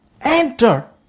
Enter